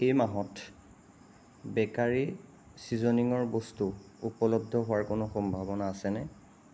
এই মাহত বেকাৰী ছিজনিঙৰ বস্তু উপলব্ধ হোৱাৰ কোনো সম্ভাৱনা আছেনে